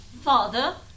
Father